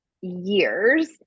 years